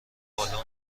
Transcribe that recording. روزانه